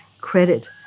credit